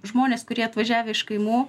žmonės kurie atvažiavę iš kaimų